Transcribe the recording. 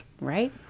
right